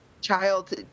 Child